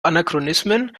anachronismen